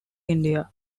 india